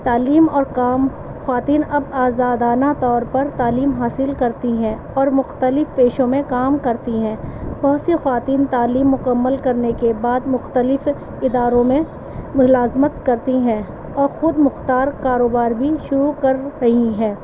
تعلیم اور کام خواتین اب آزادانہ طور پر تعلیم حاصل کرتی ہیں اور مختلف پیشوں میں کام کرتی ہیں بہت سی خواتین تعلیم مکمل کرنے کے بعد مختلف اداروں میں ملازمت کرتی ہیں اور خود مختار کاروبار بھی شروع کر رہی ہیں